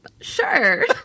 sure